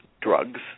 drugs